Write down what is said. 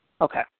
Okay